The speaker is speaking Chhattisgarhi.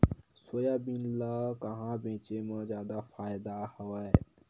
सोयाबीन ल कहां बेचे म जादा फ़ायदा हवय?